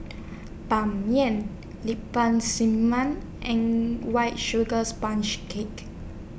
Ban Mian Lemper Man and White Sugar Sponge Cake